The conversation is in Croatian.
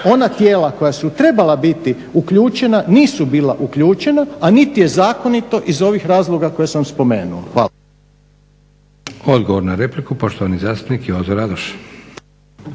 ona tijela koja su trebala biti uključena nisu bila uključena a niti je zakonito iz ovih razloga koje sam spomenuo. Hvala.